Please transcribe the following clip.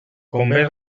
convé